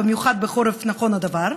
במיוחד בחורף נכון הדבר.